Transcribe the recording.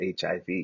HIV